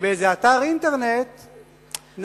שבאיזה אתר אינטרנט נתנו,